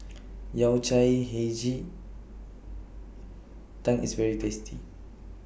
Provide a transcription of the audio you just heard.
Yao Cai Hei Ji Tang IS very tasty